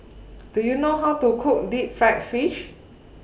Do YOU know How to Cook Deep Fried Fish